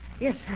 Yes